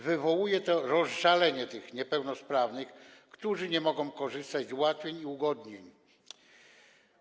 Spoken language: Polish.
Wywołuje to rozżalenie tych niepełnosprawnych, którzy nie mogą korzystać z ułatwień i udogodnień.